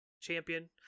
champion